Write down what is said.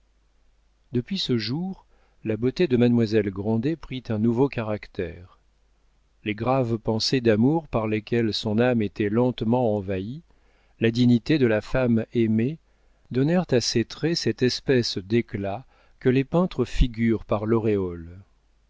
depuis ce jour la beauté de mademoiselle grandet prit un nouveau caractère les graves pensées d'amour par lesquelles son âme était lentement envahie la dignité de la femme aimée donnèrent à ses traits cette espèce d'éclat que les peintres figurent par l'auréole